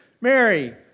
Mary